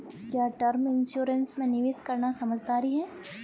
क्या term insurance में निवेश करना समझदारी है?